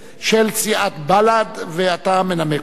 של סיעת בל"ד, ואתה מנמק אותה.